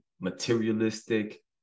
materialistic